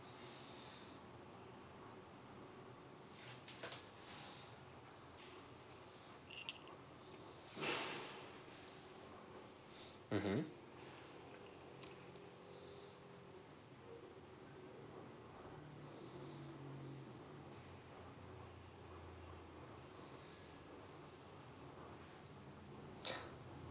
mmhmm